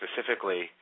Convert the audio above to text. specifically